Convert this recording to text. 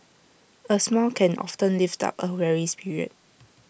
A smile can often lift up A weary spirit